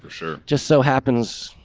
ah sure, just so happens,